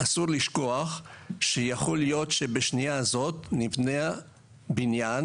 אסור לשכוח שיכול להיות שבשנייה הזאת נבנה בניין